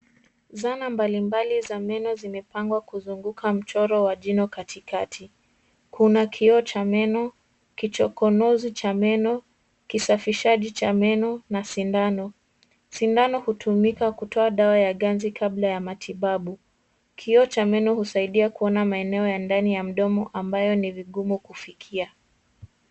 Zana mbalimbali za meno zimepangwa kuzunguka mchoro wa jino katikati. Kuna kioo cha meno, kichokonozi cha meno, kisafishaji cha meno na sindano. Sindano hutumika kutoa dawa ya ganji kabla ya matibabu. Kioo cha meno husaidia kuona maeneo ya ndani ya mdomo ambayo ni vigumu kufikia.